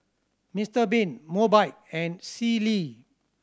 Mister Bean Mobike and Sealy